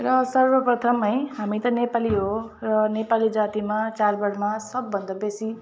र सर्वप्रथम है हामी त नेपाली हो र नेपाली जातिमा चाडबाडमा सबभन्दा बेसी